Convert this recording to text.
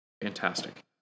fantastic